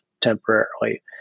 temporarily